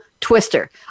Twister